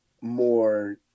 more